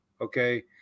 okay